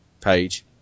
page